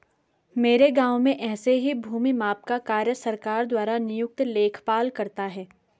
मेरे गांव में ऐसे ही भूमि माप का कार्य सरकार द्वारा नियुक्त लेखपाल करता है